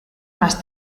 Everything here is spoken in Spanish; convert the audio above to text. más